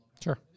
Sure